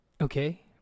Okay